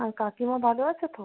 আর কাকিমা ভালো আছে তো